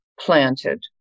planted